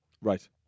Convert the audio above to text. Right